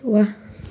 वाह